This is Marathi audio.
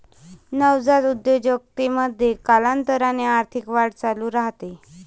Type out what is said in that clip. नवजात उद्योजकतेमध्ये, कालांतराने आर्थिक वाढ चालू राहते